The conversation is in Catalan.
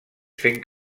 fent